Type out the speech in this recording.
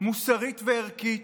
מוסרית וערכית.